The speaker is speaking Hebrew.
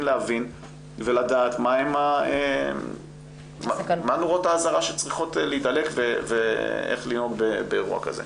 להבין ולדעת מה נורות האזהרה שצריכות להידלק ואיך לנהוג באירוע כזה.